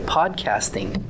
podcasting